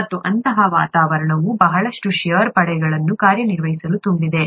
ಮತ್ತು ಅಂತಹ ವಾತಾವರಣವು ಬಹಳಷ್ಟು ಷೇರ್ ಪಡೆಗಳು ಕಾರ್ಯನಿರ್ವಹಿಸಲು ತುಂಬಿದೆ